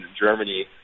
Germany